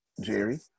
Jerry